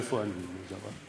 איפה אני אבנה דבר כזה?